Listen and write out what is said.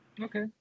Okay